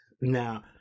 now